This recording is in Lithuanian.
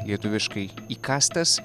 lietuviškai įkąstas